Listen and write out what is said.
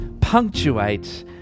punctuate